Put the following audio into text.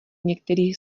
některý